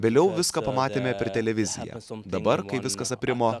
vėliau viską pamatėme per televiziją dabar kai viskas aprimo